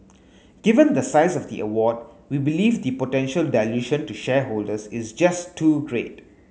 given the size of the award we believe the potential dilution to shareholders is just too great